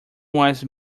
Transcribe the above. was